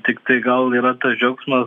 tiktai gal yra tas džiaugsmas